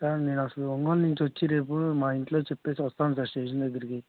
sir నేను అసలు ఒంగోల్ నుండి వచ్చి రేపు మా ఇంట్లో చెప్పేసి వస్తాను సార్ స్టేషన్ దగ్గరకి